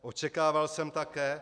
Očekával jsem také